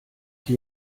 die